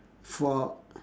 fork